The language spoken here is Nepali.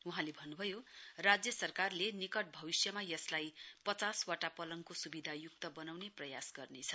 वहाँले भन्नु भयो राज्य सरकारले निकट भविष्यमा यसलाई पचासवटा पलंङको सुविधायुक्त बनाउने प्रयास गर्नेछ